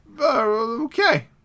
Okay